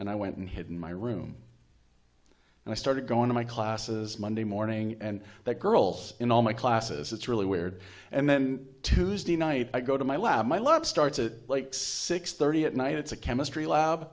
and i went and hid in my room and i started going to my classes monday morning and that girl's in all my classes it's really weird and then tuesday night i go to my lab my lab starts at like six thirty at night it's a chemistry lab